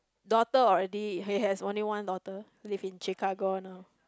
daughter already he has only one daughter live in Chicago now